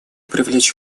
привлечь